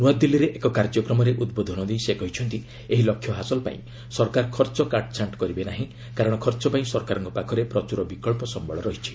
ନୂଆଦିଲ୍ଲୀରେ ଏକ କାର୍ଯ୍ୟକ୍ରମରେ ଉଦ୍ବୋଧନ ଦେଇ ସେ କହିଛନ୍ତି ଏହି ଲକ୍ଷ୍ୟ ହାସଲପାଇଁ ସରକାର ଖର୍ଚ୍ଚ ଖାଣ୍ଟ୍ଛାଣ୍ଟ୍ କରିବେ ନାହିଁ କାରଣ ଖର୍ଚ୍ଚ ପାଇଁ ସରକାରଙ୍କ ପାଖରେ ପ୍ରଚୁର ବିକଳ୍ପ ସମ୍ଭଳ ରହିଛି